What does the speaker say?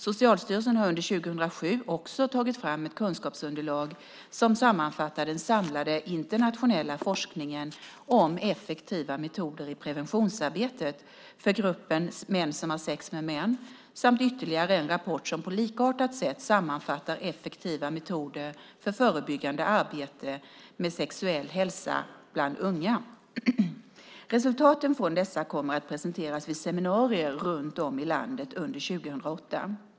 Socialstyrelsen har under 2007 också tagit fram ett kunskapsunderlag som sammanfattar den samlade internationella forskningen om effektiva metoder i preventionsarbetet för gruppen män som har sex med män samt ytterligare en rapport som på likartat sätt sammanfattar effektiva metoder för förebyggande arbete med sexuell hälsa bland unga. Resultaten från dessa kommer att presenteras vid seminarier runt om i landet under 2008.